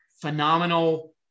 phenomenal